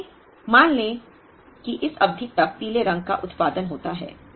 आइए मान लें कि इस अवधि तक पीले रंग का उत्पादन होता है